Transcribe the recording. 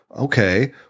Okay